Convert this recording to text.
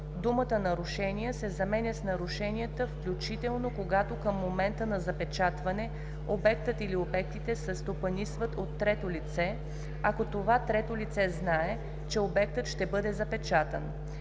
думата „нарушения“ се заменя с „нарушенията, включително когато към момента на запечатване обектът или обектите се стопанисват от трето лице, ако това трето лице знае, че обектът ще бъде запечатан“